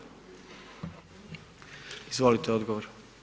Izvolite, odgovor.